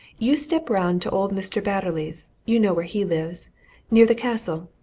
you step round to old mr. batterley's you know where he lives near the castle.